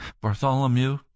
Bartholomew